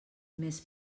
més